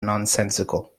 nonsensical